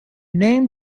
name